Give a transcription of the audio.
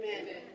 Amen